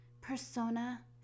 persona